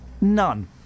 None